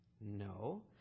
No